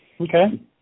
Okay